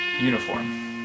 uniform